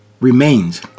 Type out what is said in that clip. remains